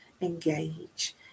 engage